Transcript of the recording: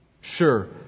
sure